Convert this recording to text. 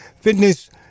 fitness